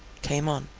came on.